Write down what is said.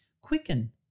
Quicken